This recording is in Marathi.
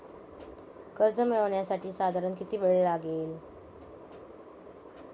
कर्ज मिळविण्यासाठी साधारण किती वेळ लागेल?